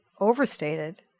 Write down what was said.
overstated